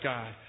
God